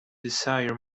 desire